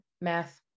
math